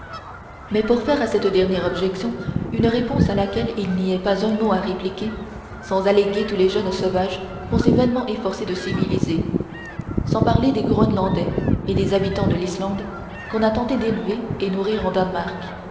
mais pour faire à cette dernière objection une réponse à laquelle il n'y ait pas un mot à répliquer sans alléguer tous les jeunes sauvages qu'on s'est vainement efforcé de civiliser sans parler des groenlandais et des habitants de l'islande qu'on a tenté d'élever et nourrir en danemark